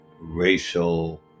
racial